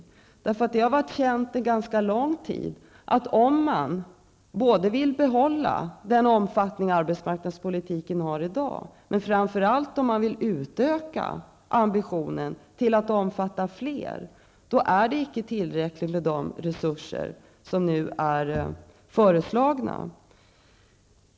Det har under ganska lång tid varit känt att det inte är tillräckligt med de nu föreslagna resurserna om man både vill behålla dagens omfattning på arbetsmarknadspolitiska åtgärder och dessutom ha ambitionen att låta dessa åtgärder omfatta fler människor.